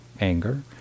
anger